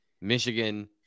Michigan